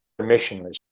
permissionless